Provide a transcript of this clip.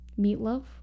Meatloaf